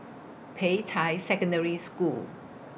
Peicai Secondary School